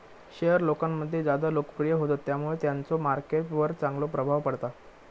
share लोकांमध्ये ज्यादा लोकप्रिय होतत त्यामुळे त्यांचो मार्केट वर चांगलो प्रभाव पडता